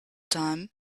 time